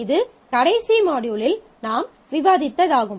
இது கடைசி மாட்யூலில் நாம் விவாதித்ததாகும்